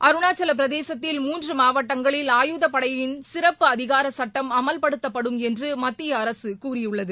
அருணாச்சல பிரதேசத்தில் மூன்று மாவட்டங்களில் ஆயுதப்படைகளின் சிறப்பு அதிகாரச் சட்டம் அமல்படுத்தப்படும் என்று மத்திய அரசு கூறியுள்ளது